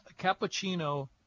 Cappuccino